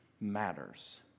matters